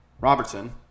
Robertson